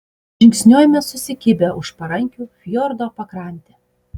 žingsniuojame susikibę už parankių fjordo pakrante